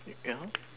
ya